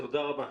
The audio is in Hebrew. תודה רבה.